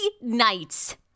nights